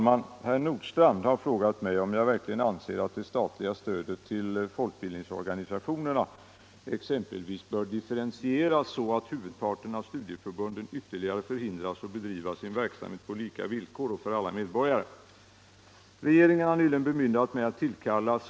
På höstens SAP-kongress syns utbildningsministern enligt tillgängliga uppgifter ha talat mot principen att stödet till folkbildningsorganisationerna skall ges lika till alla.